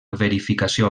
verificació